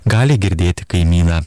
gali girdėti kaimyną